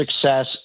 success